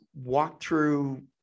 walkthrough